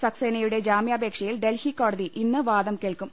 suck സേനയുടെ ജാമ്യാപേക്ഷയിൽ ഡൽഹി കോടതി ഇന്ന് വാദം കേൾക്കും